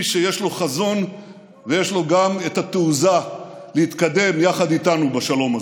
איש שיש לו חזון ויש לו גם תעוזה להתקדם יחד איתנו בשלום הזה.